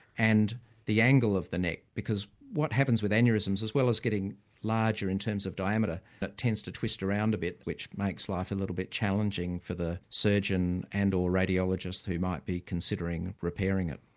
and the angle of the neck, because what happens with aneurysms as well as getting larger in terms of diameter, it tends to twist around a bit, which makes life a little bit challenging for the surgeon and or radiologist who might be considering repairing it.